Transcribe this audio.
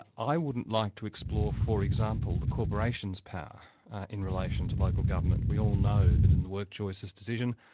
i wouldn't like to explore for example the corporations power in relation to local government. we all know that in the workchoices decision,